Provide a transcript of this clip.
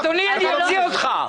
אדוני, אוציא אותך.